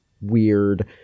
weird